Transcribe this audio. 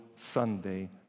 Sunday